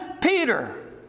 Peter